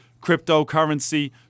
cryptocurrency